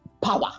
power